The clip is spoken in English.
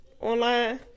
online